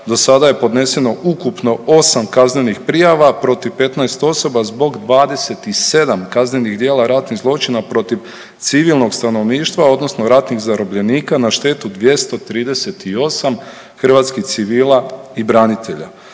do sada je podneseno ukupno 8 kaznenih prijava protiv 15 osoba zbog 27 kaznenih djela ratnih zločina protiv civilnog stanovništva odnosno ratnih zarobljenika na štetu 238 hrvatskih civila i branitelja.